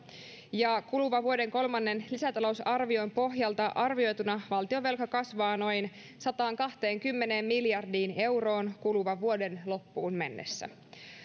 ja kuluvan vuoden kolmannen lisätalousarvion pohjalta arvioituna valtionvelka kasvaa noin sataankahteenkymmeneen miljardiin euroon kuluvan vuoden loppuun mennessä